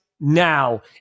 now